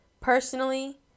Personally